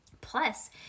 Plus